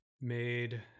made